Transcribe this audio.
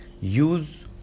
use